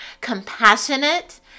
Compassionate